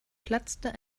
platzte